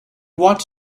want